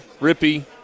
Rippy